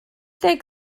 deg